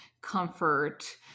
comfort